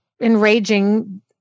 enraging